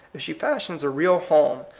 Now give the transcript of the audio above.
if she fashions a real home,